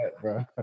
bro